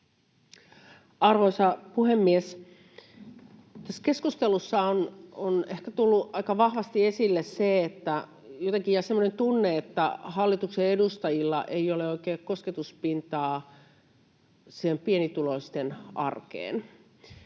Arvoisa puhemies! Tässä keskustelussa on ehkä tullut aika vahvasti esille se, ja tullut semmoinen tunne, että hallituksen edustajilla ei ole oikein kosketuspintaa siihen pienituloisten arkeen.